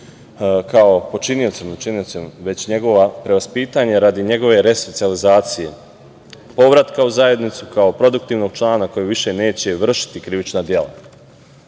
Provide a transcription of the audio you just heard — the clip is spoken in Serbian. ili učinioca, već njegovo prevaspitanje radi njegove resocijalizacije povratka u zajednicu kao produktivnog člana koji više neće vršiti krivična dela. To